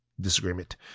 disagreement